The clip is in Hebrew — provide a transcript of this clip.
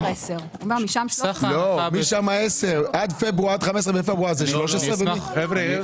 הוא לא אומר 10. משם 10. עד 15 בפברואר זה 13. חבר'ה,